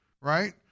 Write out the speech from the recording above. right